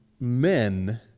men